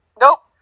Nope